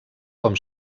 com